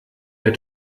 der